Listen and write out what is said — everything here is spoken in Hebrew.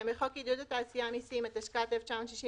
"בחוק עידוד התעשייה (מיסים), התשכ"ט-1969,